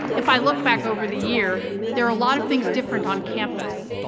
if i look back over the year, there are a lot of things different on campus.